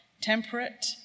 temperate